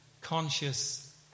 conscious